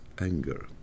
anger